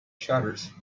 shutters